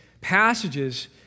passages